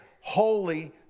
Holy